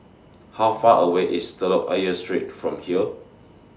How Far away IS Telok Ayer Street from here